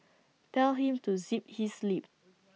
tell him to zip his lip